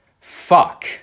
Fuck